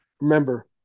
Remember